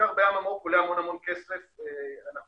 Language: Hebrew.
מחקר בים העמוק עולה המון כסף אנחנו